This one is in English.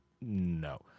no